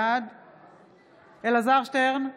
בעד אלעזר שטרן,